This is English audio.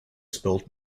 spilt